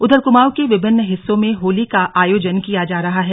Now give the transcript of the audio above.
उधर कुमांऊ के विभिन्न हिस्सों में होली का आयोजन किया जा रहा है